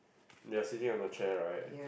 they are sitting on the chair right